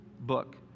book